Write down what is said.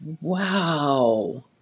Wow